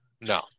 No